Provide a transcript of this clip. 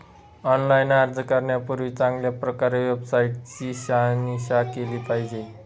online अर्ज करण्यापूर्वी चांगल्या प्रकारे वेबसाईट ची शहानिशा केली पाहिजे